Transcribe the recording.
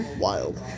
Wild